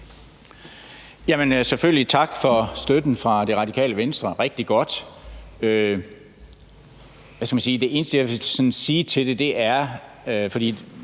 selvfølgelig tak for støtten til Radikale Venstre – rigtig godt! Det eneste, jeg sådan vil sige til det, er, i